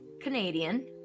Canadian